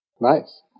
Nice